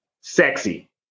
Sexy